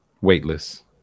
weightless